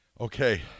Okay